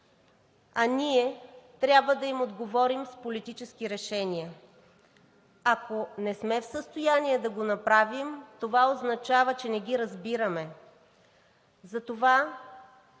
а ние трябва да им отговорим с политически решения. Ако не сме в състояние да го направим, това означава, че не ги разбираме. Затова